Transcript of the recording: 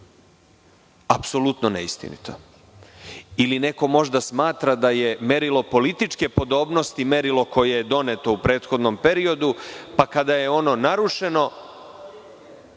Apsolutno neistinito ili neko možda smatra da je merilo političke podobnosti, merilo koje je doneto u prethodnom periodu, pa kada je ono narušeno…(Narodni